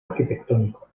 arquitectónico